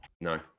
no